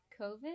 COVID